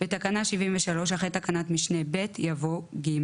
בתקנה 73 אחרי תקנת משנה (ב) יבוא: (ג)